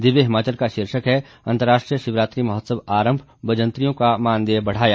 दिव्य हिमाचल का शीर्षक है अंतरराष्ट्रीय शिवरात्रि महोत्सव आरंभ बजंतरियों का मानदेय बढ़ाया